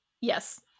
Yes